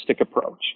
approach